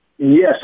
Yes